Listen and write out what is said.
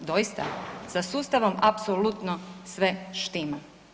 Doista, sa sustavom apsolutno sve štima.